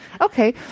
Okay